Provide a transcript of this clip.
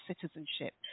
citizenship